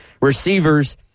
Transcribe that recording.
Receivers